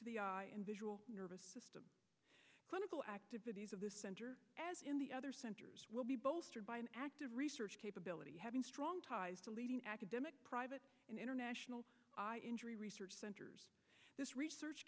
the visual nervous system clinical activities of the center as in the other centers will be bolstered by an active research capability having strong ties to leading academic private and international injury research centers this research